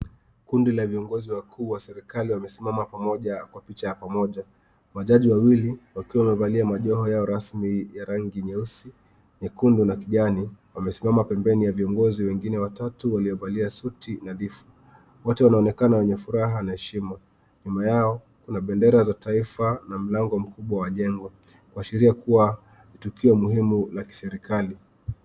Kundi la viongozi wakuu wa serikali wamesimama pamoja kwa picha ya pamoja. Majaji wawili, wakiwa wamevalia majoha yao rasmi ya rangi nyeusi, nyekundu na kijani, wamesimama pembeni ya viongozi wengine watatu waliovalia suti na vifu. Wote wanaonekana wenye furaha na heshima. Nyuma yao, kuna bendera za taifa na mlango mkubwa wa jengo, kuashiria kuwa, ni tukio muhimu la kiserikali.